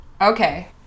Okay